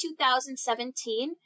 2017